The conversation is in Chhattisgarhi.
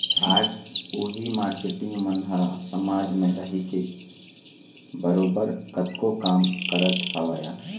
आज उही मारकेटिंग मन ह समाज म रहिके बरोबर कतको काम करत हवँय